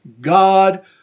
God